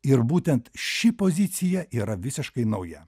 ir būtent ši pozicija yra visiškai nauja